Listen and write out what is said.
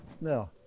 no